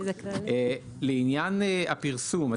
לעניין הפרסום,